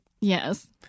Yes